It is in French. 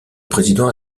président